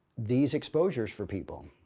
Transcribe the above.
these exposures for people.